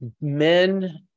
men